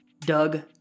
doug